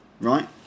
right